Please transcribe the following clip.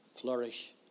flourish